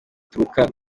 aturuka